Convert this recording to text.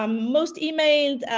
um most e-mailed,